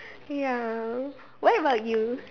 ya what about you